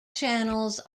channels